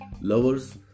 lovers